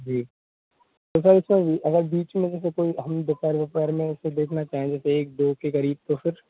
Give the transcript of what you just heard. जी तो सर अगर बीच में जैसे कोई हम दोपहर वोपहर में इसे देखना चाहेंगे तो एक दोस्त के करीब